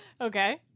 Okay